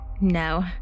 No